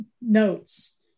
notes